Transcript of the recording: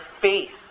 faith